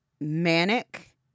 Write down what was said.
manic